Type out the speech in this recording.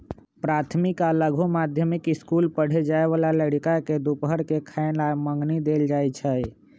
प्राथमिक आ लघु माध्यमिक ईसकुल पढ़े जाय बला लइरका के दूपहर के खयला मंग्नी में देल जाइ छै